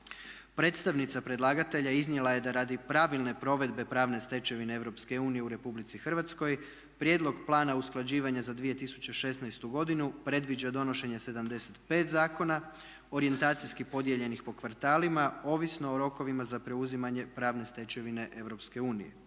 Predstavnica predlagatelja iznijela je da radi pravilne provedbe pravne stečevine Europske unije u Republici Hrvatskoj prijedlog plana usklađivanja za 2016. godinu predviđa donošenje 75 zakona orijentacijski podijeljenih po kvartalima ovisno o rokovima za preuzimanje pravne stečevine